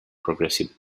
progressive